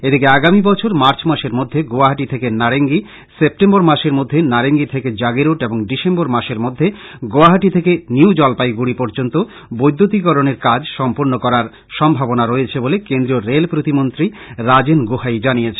এদিকে আগামী বছর মার্চ মাসের মধ্যে গৌহাটী থেকে নারেঙ্গী সেপ্টেম্বর মাসের মধ্যে নারেঙ্গী থেকে জাগীরোড এবং ডিসেম্বর মাসের মধ্যে গৌহাটী থেকে নিউজলপাইগুড়ি পর্যন্ত বৈদ্যুতিকরণের কাজ সম্পূর্ণ করার সম্ভাবনা রয়েছে বলে কেন্দ্রীয় রেল প্রতিমন্ত্রী রাজেন গোহাই জানিয়েছেন